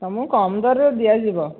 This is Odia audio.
ତୁମକୁ କମ୍ ଦରରେ ଦିଆଯିବ